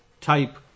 type